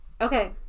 Okay